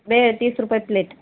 भेळ तीस रुपये प्लेट